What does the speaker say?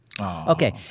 Okay